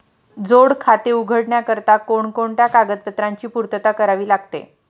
जोड खाते उघडण्याकरिता कोणकोणत्या कागदपत्रांची पूर्तता करावी लागते?